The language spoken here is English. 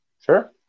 Sure